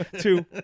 two